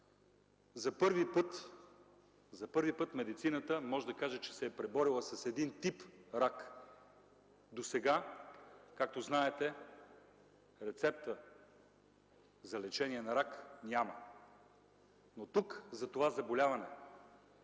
за първи път медицината може да каже, че се е преборила с един тип рак. Както знаете, досега рецепта за лечение на рак няма – за това заболяване